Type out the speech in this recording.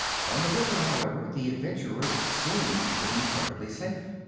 on the river, however, the adventurers seemed to be perfectly safe.